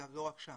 אגב לא רק שם,